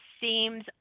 seems